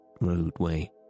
roadway